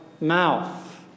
mouth